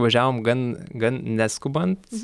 važiavom gan gan neskubant